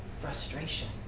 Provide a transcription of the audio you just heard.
frustration